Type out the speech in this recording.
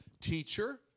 teacher